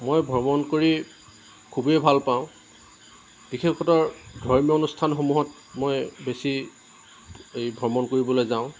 মই ভ্ৰমণ কৰি খুবেই ভাল পাওঁ বিশেষতঃ ধৰ্মীয় অনুষ্ঠানমূহত মই বেছি এই ভ্ৰমণ কৰিবলৈ যাওঁ